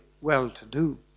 well-to-do